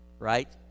Right